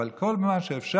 אבל כל זמן שאפשר,